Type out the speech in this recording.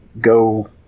go